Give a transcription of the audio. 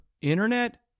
internet